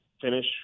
finish